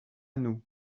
nous